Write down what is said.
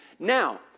Now